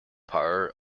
power